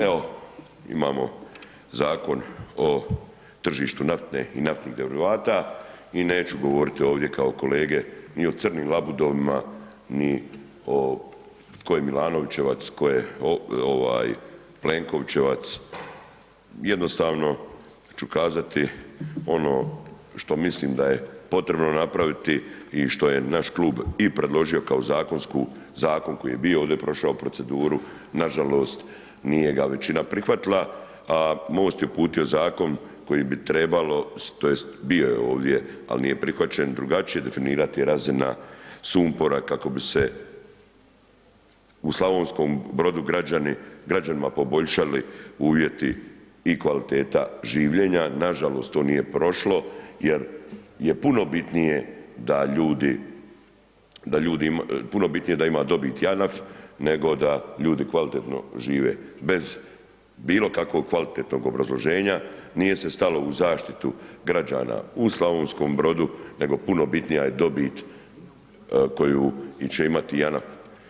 Evo imamo Zakon o tržištu nafte i naftnih derivata i neću govoriti ovdje kao kolege ni u crnim labudovima ni tko je Milanovićevac, tko je Plenkovićevac, jednostavno ću kazati ono što mislim da je potrebno napraviti i što je naš klub i predložio kao zakon koji je bio ovdje bio, prošao proceduru, nažalost nije ga većina prihvatila a MOST je uputio zakon koji bi trebalo tj. bio je ovdje ali nije prihvaćen, drugačije definirati razina sumpora kako bi se u Slavonskom Bordu građanima poboljšali uvjeti i kvaliteta življenja, nažalost to nije prošlo jer je puno bitnije da ima dobiti JANAF nego da ljudi kvalitetno žive bez bilokakvog kvalitetnog obrazloženja nije se stalo u zaštitu građana u Slavonskom Brodu nego puno bitnija je dobit koju će imat JANAF.